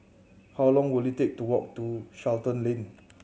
how long will it take to walk to Charlton Lane